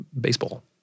baseball